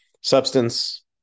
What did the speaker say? substance